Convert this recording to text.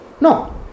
No